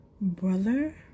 brother